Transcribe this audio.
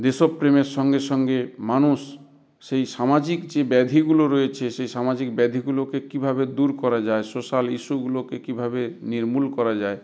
দেশপ্রেমের সঙ্গে সঙ্গে মানুষ সেই সামাজিক যে ব্যাধিগুলো রয়েছে সেই সামাজিক ব্যাধিগুলোকে কীভাবে দূর করা যায় সোশ্যাল ইস্যুগুলোকে কীভাবে নির্মূল করা যায়